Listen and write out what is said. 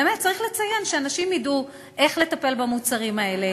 באמת צריך לציין כדי שאנשים ידעו איך לטפל במוצרים האלה.